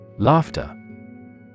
Laughter